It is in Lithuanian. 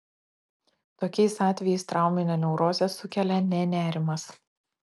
tokiais atvejais trauminę neurozę sukelia ne nerimas